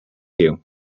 you